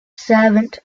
servant